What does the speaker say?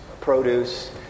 produce